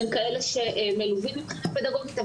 הם כאלה שמלווים מבחינה פדגוגית,